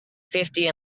fifty